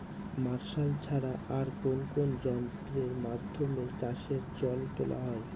Martial ছাড়া আর কোন কোন যন্ত্রেরর মাধ্যমে চাষের জল তোলা হয়?